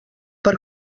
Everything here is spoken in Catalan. per